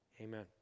amen